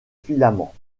filaments